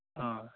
ᱦᱳᱭ